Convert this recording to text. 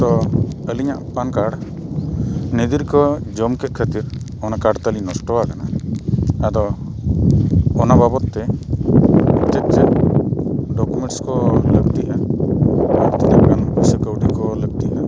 ᱛᱚ ᱟᱹᱞᱤᱧᱟᱜ PAN card ᱱᱤᱫᱤᱨ ᱠᱚ ᱡᱚᱢ ᱠᱮᱜ ᱠᱷᱟᱹᱛᱤᱨ ᱚᱱᱟ ᱠᱟᱨᱰ ᱛᱮᱞᱤᱧ ᱱᱚᱥᱴᱚ ᱟᱠᱟᱱᱟ ᱟᱫᱚ ᱚᱱᱟ ᱵᱟᱵᱚᱫ ᱛᱮ ᱪᱮᱫ ᱪᱮᱫ ᱰᱚᱠᱳᱢᱮᱱᱴᱥ ᱠᱚ ᱞᱟᱹᱠᱛᱤᱜᱼᱟ ᱟᱨ ᱛᱤᱱᱟᱹᱜ ᱜᱟᱱ ᱯᱚᱭᱥᱟ ᱠᱟᱹᱣᱰᱤ ᱠᱚ ᱞᱟᱹᱠᱛᱤᱜᱼᱟ